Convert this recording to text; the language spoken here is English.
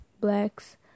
blacks